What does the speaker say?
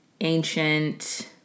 ancient